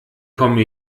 komme